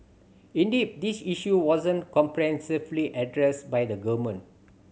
indeed this issue wasn't comprehensively addressed by the government